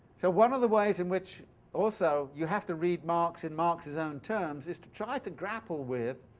so one of the ways in which also you have to read marx in marx's own terms is to try to grapple with